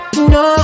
no